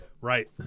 Right